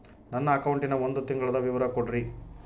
ನನ್ನ ಅಕೌಂಟಿನ ಒಂದು ತಿಂಗಳದ ವಿವರ ಕೊಡ್ರಿ?